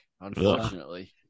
Unfortunately